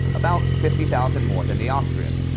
about fifty thousand more than the austrians,